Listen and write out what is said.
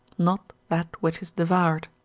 not that which is devoured.